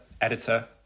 editor